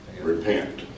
Repent